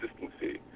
consistency